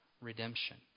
redemption